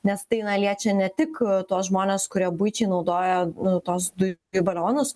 nes tai na liečia ne tik tuos žmones kurie buičiai naudoja nu tuos dujų balionus